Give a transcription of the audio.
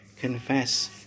Confess